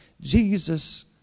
Jesus